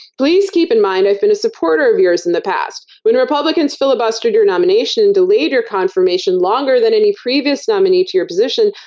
please keep in mind i've been a supporter of yours in the past. when republicans filibustered your nomination, delayed your confirmation longer than any previous nominee to your position,